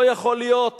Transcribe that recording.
לא יכול להיות